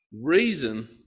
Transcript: reason